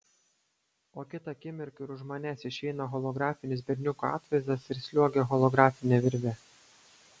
o kitą akimirką iš už manęs išeina holografinis berniuko atvaizdas ir sliuogia holografine virve